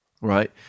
right